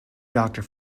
doctor